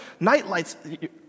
Nightlights